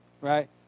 right